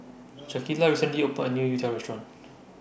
Shaquita recently opened A New Youtiao Restaurant